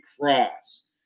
cross